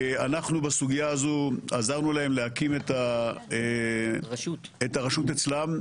אנחנו בסוגיה הזו עזרנו להם להקים את הרשות אצלם,